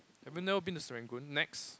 have you never been to Serangoon Nex